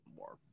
more